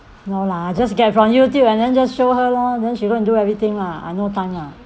no lah just get from youtube and then just show her lor then she go and do everything lah I no time lah